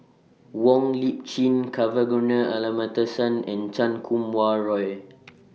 Wong Lip Chin and Chan Kum Wah Roy